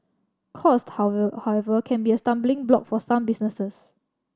cost however however can be a stumbling block for some businesses